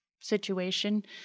situation